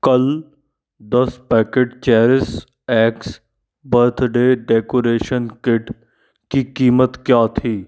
कल दस packet Cherish X birthday decoration kit की कीमत क्या थी